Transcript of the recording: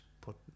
put